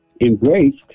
embraced